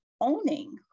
owning